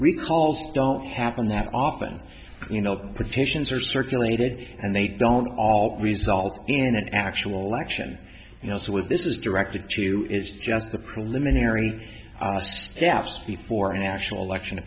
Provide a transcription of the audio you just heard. recalls don't happen that often you know petitions are circulated and they don't all result in an actual election you know so if this is directed to is just the preliminary steps before a national election